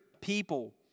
people